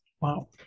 Wow